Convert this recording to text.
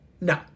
No